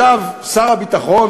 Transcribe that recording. ישב שר הביטחון,